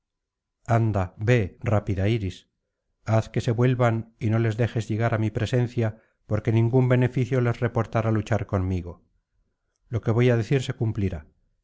ve rápida iris haz que se vuelvan y no les dejes llegar á mi presencia porque ningún beneficio les reportará luchar conmigo lo que voy á decir se cumplirá